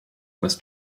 bez